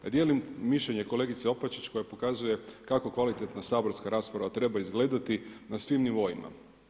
Dijelim mišljenje kolegice Opačić, koja pokazuje, kako kvalitetno saborska rasprava treba izgledati na svim nivoima.